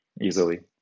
easily